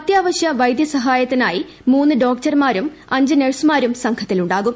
അത്യാവശ്യ വൈദ്യസഹായത്തിനായി മൂന്ന് ഡോക്ടർമാരും അഞ്ച് നഴ്സുമാരും സംഘത്തിലുണ്ടാകും